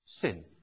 Sin